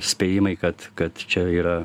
spėjimai kad kad čia yra